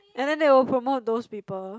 and then they will promote those people